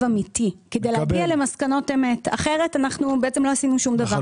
אמיתי כדי להגיע למסקנות אמת כי אחרת אנחנו בעצם לא עשינו שום דבר.